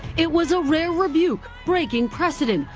it was a rare rebuke, breaking precedent.